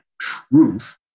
truth